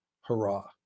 hurrah